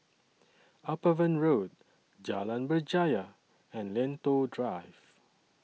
Upavon Road Jalan Berjaya and Lentor Drive